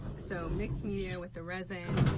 so mixed-media with the resin.